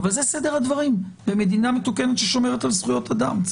זה סדר הדברים במדינה מתוקנת ששומרת על זכויות אדם.